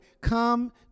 come